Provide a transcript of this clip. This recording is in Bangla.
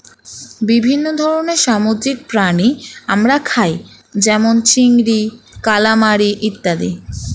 বিভিন্ন ধরনের সামুদ্রিক প্রাণী আমরা খাই যেমন চিংড়ি, কালামারী ইত্যাদি